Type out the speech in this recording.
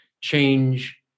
change